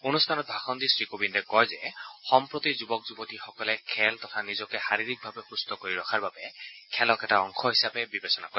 অনুষ্ঠানত ভাষণ দি শ্ৰীকোবিন্দে কয় যে সম্প্ৰতি যুৱক যুৱতীসকলে খেল তথা নিজকে শাৰীৰিকভাৱে সুস্থ কৰি ৰখাৰ বাবে খেলক এটা অংশ হিচাপে বিবেচনা কৰে